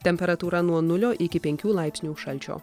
temperatūra nuo nulio iki penkių laipsnių šalčio